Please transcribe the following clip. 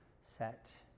set